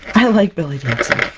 i like belly